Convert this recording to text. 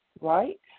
right